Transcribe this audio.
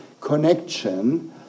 connection